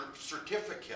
certificate